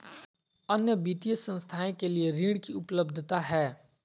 अन्य वित्तीय संस्थाएं के लिए ऋण की उपलब्धता है?